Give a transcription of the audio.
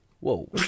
Whoa